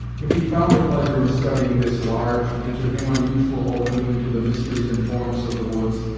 if he found a pleasure in studying this large, and to him unusual opening into the mysteries and forms of the woods,